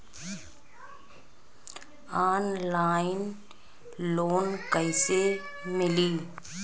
Online loan कइसे मिली?